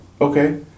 okay